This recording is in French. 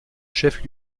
chef